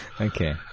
Okay